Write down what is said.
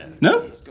No